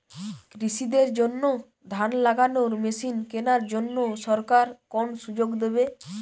কৃষি দের জন্য ধান লাগানোর মেশিন কেনার জন্য সরকার কোন সুযোগ দেবে?